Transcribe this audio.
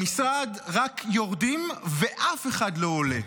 במשרד רק יורדים ואף אחד לא עולה.